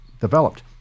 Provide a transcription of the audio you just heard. developed